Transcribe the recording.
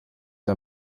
der